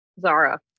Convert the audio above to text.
Zara